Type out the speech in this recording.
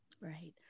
Right